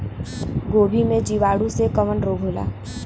गोभी में जीवाणु से कवन रोग होला?